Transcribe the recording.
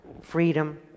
freedom